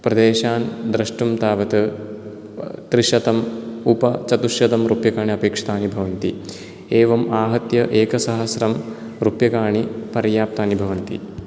प्रदेशान् द्रष्टुं तावत् त्रिशतम् उप चतुःशतं रूप्यकाणि अपेक्षितानि भवन्ति एवम् आहत्य एकसहस्रं रूप्यकाणि पर्याप्तानि भवन्ति